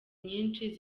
nyinshi